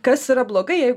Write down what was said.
kas yra blogai jeig